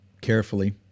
carefully